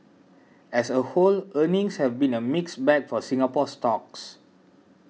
as a whole earnings have been a mixed bag for Singapore stocks